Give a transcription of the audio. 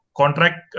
contract